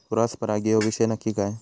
Cross परागी ह्यो विषय नक्की काय?